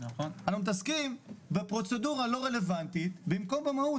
אנחנו מתעסקים בפרוצדורה הלא רלוונטית במקום במהות.